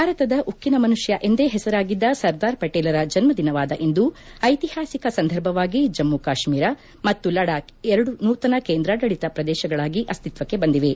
ಭಾರತದ ಉಕ್ಕಿನ ಮನುಷ್ಯ ಎಂದೇ ಹೆಸರಾಗಿದ್ದ ಸರ್ದಾರ್ ಪೆಟೇಲರ ಜನ್ಮದಿನವಾದ ಇಂದು ಐತಿಹಾಸಿಕ ಸಂದರ್ಭವಾಗಿ ಜಮ್ಮು ಕಾಶ್ಮೀರ ಮತ್ತು ಲಡಾಕ್ ಎರಡು ನೂತನ ಕೇಂದ್ರಾಡಳಿತ ಪ್ರದೇಶಗಳಾಗಿ ಅಸ್ತಿತ್ವಕ್ಕೆ ಬಂದಿವೆ